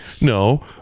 no